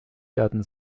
werden